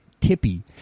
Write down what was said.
tippy